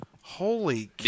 Holy